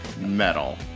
metal